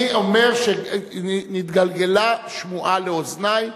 אני אומר שהתגלגלה שמועה לאוזני,